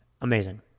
Amazing